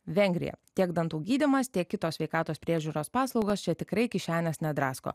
vengrija tiek dantų gydymas tiek kitos sveikatos priežiūros paslaugos čia tikrai kišenės nedrasko